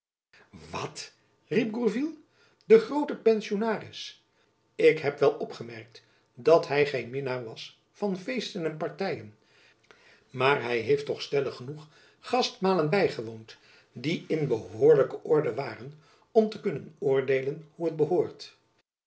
riep gourville de groote pensionaris ik heb wel opgemerkt dat hy geen minnaar was van feesten en partyen maar hy heeft toch stellig genoeg gastmalen bygewoond die in behoorlijke orde waren om te kunnen oordeelen hoe het behoort